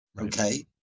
Okay